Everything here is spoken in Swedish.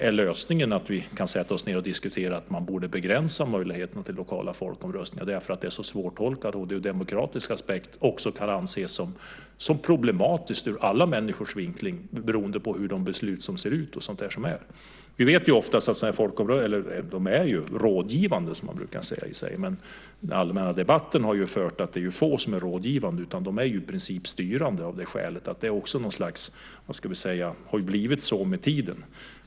Är lösningen att vi sätter oss ned och diskuterar att man borde begränsa möjligheterna till lokala folkomröstningar eftersom de är så svårtolkade? De kan också ur demokratisk aspekt anses som problematiska för alla människor beroende på hur besluten ser ut. Folkomröstningar är ju rådgivande, men i den allmänna debatten har man hört att det är få som är rådgivande. De är i princip styrande av det skälet att det har blivit så med tiden.